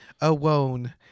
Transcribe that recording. alone